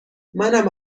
منم